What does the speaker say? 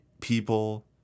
people